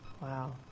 wow